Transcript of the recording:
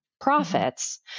profits